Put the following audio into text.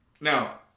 now